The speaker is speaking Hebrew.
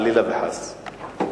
חלילה וחס.